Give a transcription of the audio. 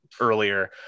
earlier